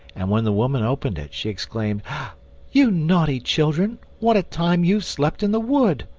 and when the woman opened it she exclaimed you naughty children, what a time you've slept in the wood!